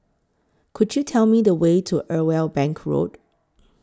Could YOU Tell Me The Way to Irwell Bank Road